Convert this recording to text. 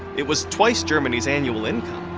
it was twice germany's annual income!